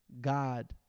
God